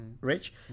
rich